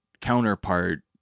counterpart